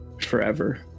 forever